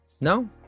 no